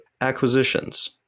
acquisitions